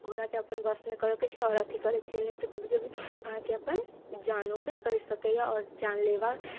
के अपन वश मे करय के छै आओर अथी करय के छै नहि तऽ कभी कभी अहाँके अपन जानो पर परि सकैया आओर जानलेवा ख्याल